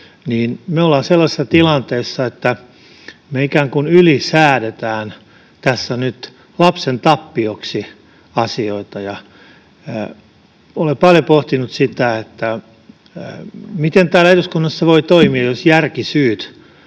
me olemme sellaisessa tilanteessa, että me ikään kuin ylisäädämme tässä nyt lapsen tappioksi asioita. Olen paljon pohtinut sitä, miten täällä eduskunnassa voi toimia niin, miten